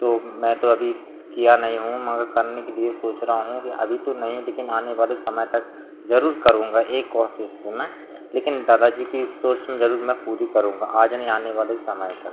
तो मैं तो अभी किया नहीं हूँ मगर करने के लिए सोच रहा हूँ कि अभी तो नहीं लेकिन आने वाले समय तक जरूर करूंगा एक कोशिश तो मैं लेकिन दादा जी की सोच को मैं पूरी करूंगा आज नहीं आने वाले समय तक